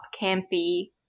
campy